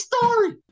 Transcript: story